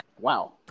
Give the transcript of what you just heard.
Wow